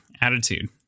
attitude